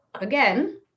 again